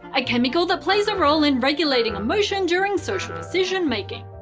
a chemical that plays a role in regulating emotion during social decision-making.